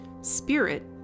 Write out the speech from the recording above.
Spirit